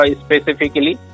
specifically